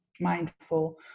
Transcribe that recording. mindful